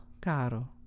Caro